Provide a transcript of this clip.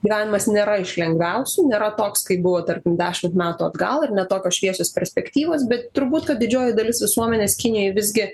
gyvenimas nėra iš lengviausių nėra toks kaip buvo tarkim dešimt metų atgal ir ne tokios šviesios perspektyvos bet turbūt kad didžioji dalis visuomenės kinijoje visgi